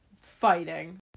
Fighting